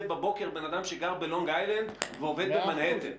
בבוקר בן אדם שגר בלונג איילנד ועובד במנהטן.